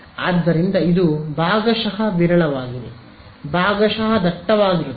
ಆದ್ದರಿಂದ ಇದು ಭಾಗಶಃ ವಿರಳವಾಗಿದೆ ಭಾಗಶಃ ದಟ್ಟವಾಗಿರುತ್ತದೆ